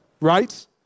right